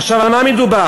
עכשיו, על מה מדובר?